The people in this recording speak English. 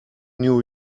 new